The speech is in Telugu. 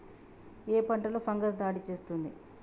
ఏ పంటలో ఫంగస్ దాడి చేస్తుంది?